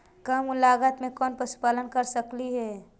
कम लागत में कौन पशुपालन कर सकली हे?